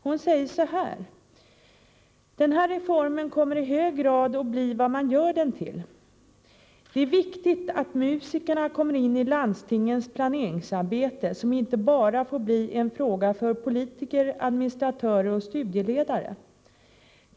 Herta Fischer säger så här: ”Reformen kommer i hög grad att bli vad man gör den till. Det är viktigt att musikerna kommer in i landstingens planeringsarbete, som inte bara får bli en fråga för politiker, administratörer och studieledare.